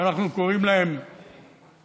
שאנחנו קוראים להם קצבאות,